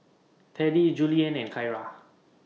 Teddy Julianne and Kyara